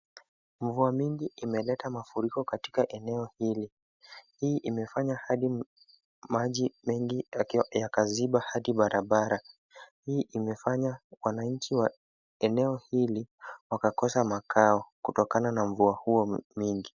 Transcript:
Mvua nyingi imeleta mafuriko katika eneo hili, hii imefanya hadi maji mengi yakaziba barabara. Hii imefanya wananchi wa eneo hili wakakosa makao kutokana na mvua huo nyingi.